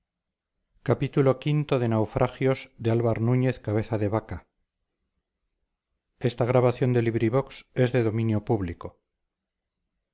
álvar núñez cabeza de vaca